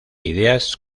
ideas